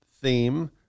theme